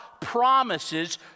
promises